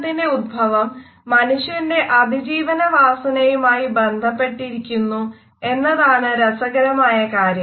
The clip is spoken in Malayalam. ഹസ്തദാനത്തിന്റെ ഉത്ഭവം മനുഷ്യന്റെ അതിജീവന വാസനയുമായി ബന്ധപ്പെട്ടിരിക്കുന്നു എന്നതാണ് രസകരമായ കാര്യം